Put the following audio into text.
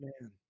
man